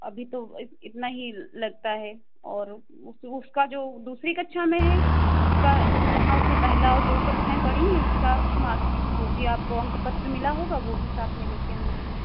अभी तो इतना ही लगता है और उस उसका जो दूसरी कक्षा में है उसका हाफ में पहला दो कक्षाएँ पढ़ीं हैं उसका मार्क जो भी आपको अंक पत्र मिला होगा वो भी साथ में ले कर आना होगा